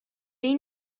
این